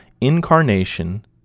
incarnation